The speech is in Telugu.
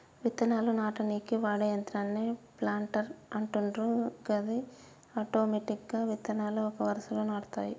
విత్తనాలు నాటనీకి వాడే యంత్రాన్నే ప్లాంటర్ అంటుండ్రు గది ఆటోమెటిక్గా విత్తనాలు ఒక వరుసలో నాటుతాయి